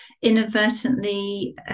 inadvertently